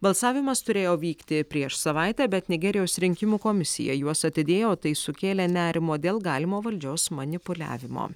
balsavimas turėjo vykti prieš savaitę bet nigerijos rinkimų komisija juos atidėjo tai sukėlė nerimo dėl galimo valdžios manipuliavimo